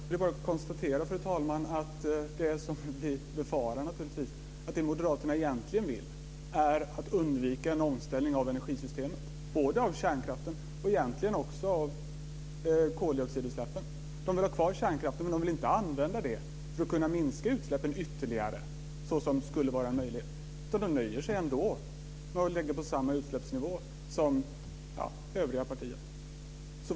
Fru talman! Med det svaret är det bara att konstatera att det är som vi befarar, nämligen att det moderaterna egentligen vill är att undvika en omställning av energisystemet - både av kärnkraften och av koldioxidutsläppen. Moderaterna vill ha kvar kärnkraften, men de vill inte använda den för att minska utsläppen ytterligare såsom skulle vara möjligt. De nöjer sig med att ligga på samma utsläppsnivå som övriga partier.